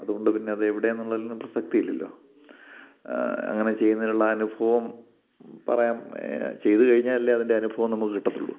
അതുകൊണ്ട് പിന്നെ അതെവിടെയാന്നുള്ളതിൽ പ്രസക്തിയില്ലല്ലോ അങ്ങനെ ചെയ്യുന്നതിലുള്ള അനുഭവം പറയാം ചെയ്തു കഴിഞ്ഞാലല്ലേ അതിൻ്റെ അനുഭവം നമുക്ക് കിട്ടത്തുള്ളു